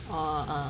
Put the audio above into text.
orh ah